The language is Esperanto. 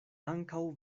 ankaŭ